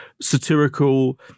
satirical